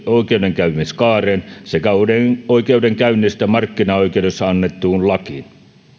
oikeudenkäymiskaareen sekä oikeudenkäynnistä markkinaoikeudessa annettuun lakiin